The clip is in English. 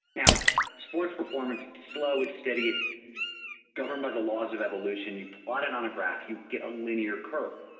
now sports performance slowly steadied governed by the law of evolution you plot it on a graph, you get a linear curve.